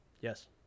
yes